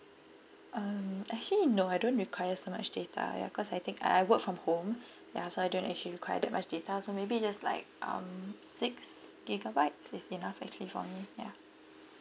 um actually no I don't require so much data ya cause I think I work from home ya so I don't actually require that much data so maybe just like um six gigabytes is enough actually for me ya